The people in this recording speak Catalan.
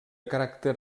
caràcter